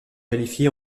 qualifié